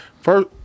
First